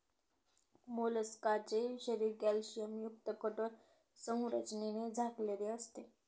मोलस्काचे शरीर कॅल्शियमयुक्त कठोर संरचनेने झाकलेले असते